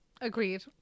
Agreed